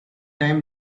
time